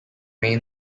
may